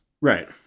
Right